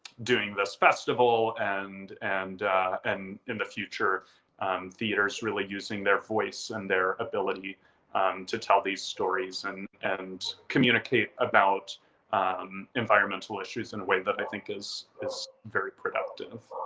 doing this festival and and and in the future theaters really using their voice and their ability to tell these stories and and communicate about environmental issues in a way that i think is it's very productive.